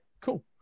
cool